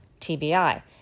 TBI